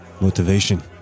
Motivation